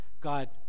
God